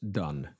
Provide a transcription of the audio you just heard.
done